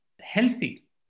healthy